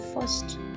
first